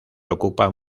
ocupan